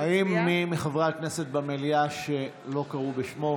אינו נוכח האם יש מי מחברי הכנסת במליאה שלא קראו בשמו?